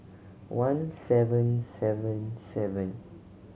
one seven seven seven